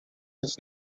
his